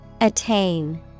Attain